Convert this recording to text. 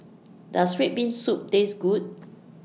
Does Red Bean Soup Taste Good